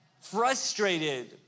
frustrated